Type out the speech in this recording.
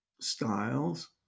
styles